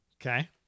Okay